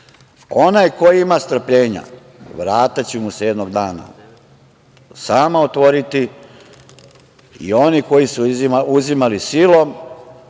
Onaj ko ima strpljenja, vrata će mu se jednog dana sama otvoriti i oni koji su uzimali silom,